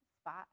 spot